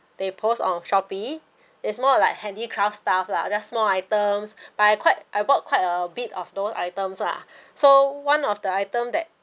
they post on Shopee is more like handicraft stuff lah just small items but I quite I bought quite a bit of those items ah so one of the item that